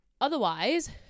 otherwise